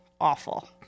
awful